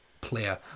player